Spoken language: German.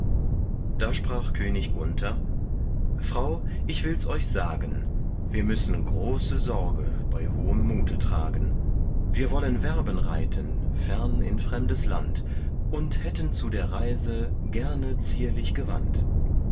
da sprach könig gunther frau ich wills euch sagen wir müssen große sorge bei hohem mute tragen wir wollen werben reiten fern in fremdes land und hätten zu der reise gerne zierlich gewand